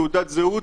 תעודת זהות,